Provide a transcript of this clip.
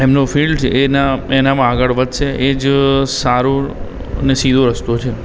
એમનું ફીલ્ડ છે એના એનામાં આગળ વધશે એજ સારો અને સીધો રસ્તો છે